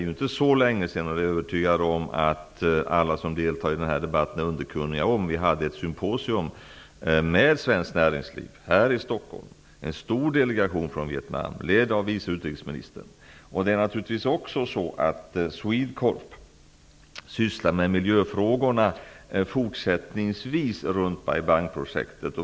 Jag är övertygad om att alla som är deltagare i debatten är underkunniga om att vi för inte så länge sedan hade ett symposium här i Stockholm med deltagande av svenskt näringsliv och med en stor delegation från Vietnam, ledd av vice utrikesministern. Dessutom sysslar SwedeCorp även fortsättningsvis med miljöfrågorna i samband med Bai Bang-projektet.